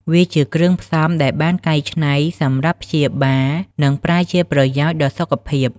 វាជាគ្រឿងផ្សំដែលបានកែច្នៃសម្រាប់ព្យាបាល និង ប្រើជាប្រយោជន៍ដល់សុខភាព